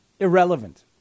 irrelevant